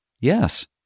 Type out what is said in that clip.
Yes